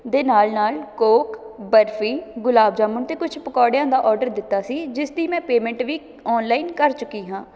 ਦੇ ਨਾਲ ਨਾਲ ਕੋਕ ਬਰਫ਼ੀ ਗੁਲਾਬ ਜਾਮਣ ਅਤੇ ਕੁਛ ਪਕੌੜਿਆਂ ਦਾ ਔਡਰ ਦਿੱਤਾ ਸੀ ਜਿਸ ਦੀ ਮੈਂ ਪੈਮੇਂਟ ਵੀ ਔਨਲਾਇਨ ਕਰ ਚੁੱਕੀ ਹਾਂ